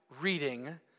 reading